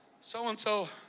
So-and-so